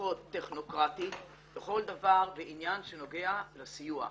שפחות טכנוקרטי בכל דבר ועניין שנוגע לסיוע.